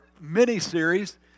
mini-series